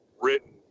written